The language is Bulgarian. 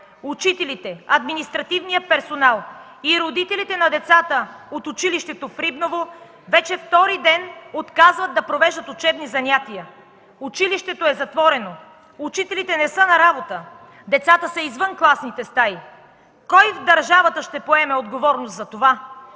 учителите, административният персонал и родителите на децата от училището в Рибново вече втори ден отказват да провеждат учебни занятия. Училището е затворено, учителите не са на работа, децата са извън класните стаи. Кой в държавата ще поеме отговорност за това?